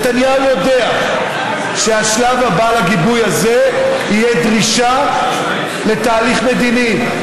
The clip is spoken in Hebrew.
נתניהו יודע שהשלב הבא לגיבוי הזה יהיה דרישה לתהליך מדיני,